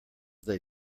they